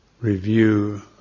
review